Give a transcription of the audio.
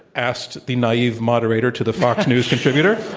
asked the naive moderator to the fox news contributor?